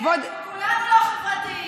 כולנו לא חברתיים,